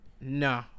No